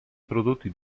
prodotti